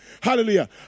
hallelujah